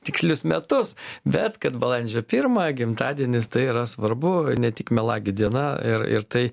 tikslius metus bet kad balandžio pirmą gimtadienis tai yra svarbu ne tik melagių diena ir ir tai